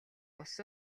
бус